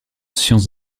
science